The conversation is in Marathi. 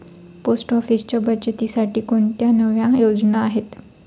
पोस्ट ऑफिसच्या बचतीसाठी कोणत्या नव्या योजना आहेत?